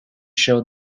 showed